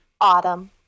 Autumn